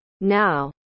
Now